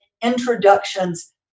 introductions